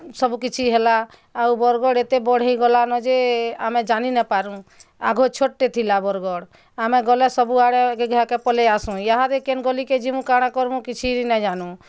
ସବୁ କିଛି ହେଲା ଆଉ ବରଗଡ଼ ଏତେ ବଡ଼ ହେଇଗଲାନ୍ ଯେ ଆମେ ଯାନିନାପାରୁ ଆଗ୍ ଛୋଟ ଟେ ଥିଲା ବରଗଡ଼ ଆମେ ଗଲେ ସବୁଆଡ଼େ ଗିଘା କେ ପଳାଇ ଆସୁଁ ଏହାଦେ କେନ୍ ଗଲି କେ ଜି ମୁଁ କାଣା କରିବୁଁ କିଛି ନା ଯାନୁଁ